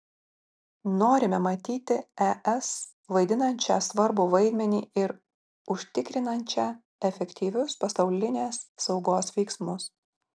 norime matyti es vaidinančią svarbų vaidmenį ir užtikrinančią efektyvius pasaulinės saugos veiksmus